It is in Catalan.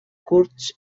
curts